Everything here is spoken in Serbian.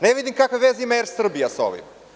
Ne vidim kakve veze ima Er Srbija sa ovim?